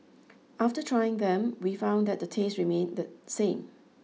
after trying them we found that the taste remained the same